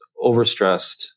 overstressed